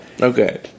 Okay